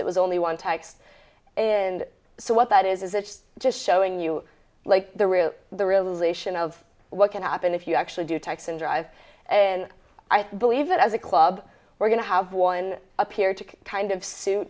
it was only one text and so what that is is it's just showing you like the real the realisation of what can happen if you actually do text and drive and i believe that as a club we're going to have one appeared to kind of suit